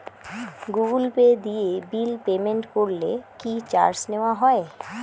Google Pay দিয়ে bill payment করলে কি চার্জ নেওয়া হয়?